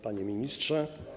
Panie Ministrze!